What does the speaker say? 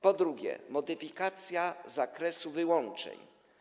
Po drugie, modyfikacja zakresu wyłączeń.